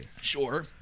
Sure